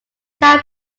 chan